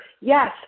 yes